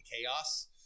chaos